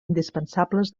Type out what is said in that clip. indispensables